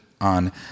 on